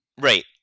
Right